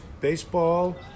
Baseball